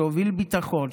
שהוביל ביטחון,